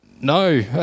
No